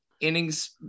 innings